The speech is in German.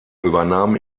übernahm